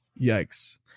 yikes